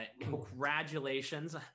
congratulations